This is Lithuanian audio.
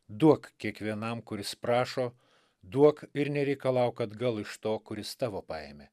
duok kiekvienam kuris prašo duok ir nereikalauk atgal iš to kuris tavo paėmė